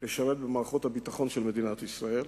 לשרת במערכת הביטחון של מדינת ישראל.